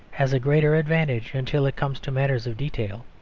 has a greater advantage until it comes to matters of detail.